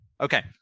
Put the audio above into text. Okay